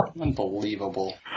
Unbelievable